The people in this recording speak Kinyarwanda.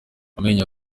amenyo